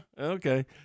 Okay